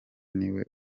niwe